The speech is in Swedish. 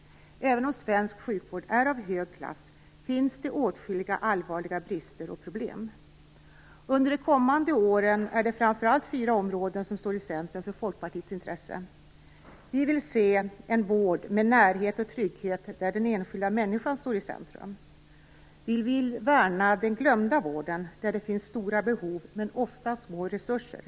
Även om svensk sjukvård är av hög klass finns det åtskilliga allvarliga brister och problem. Under de kommande åren är det framför allt fyra områden som står i centrum för Folkpartiets intresse. Folkpartiet vill se en vård med närhet och trygghet där den enskilda människan står i centrum. Folkpartiet vill värna den glömda vården där det finns stora behov men ofta små resurser.